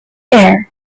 air